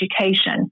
Education